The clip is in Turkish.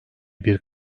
bir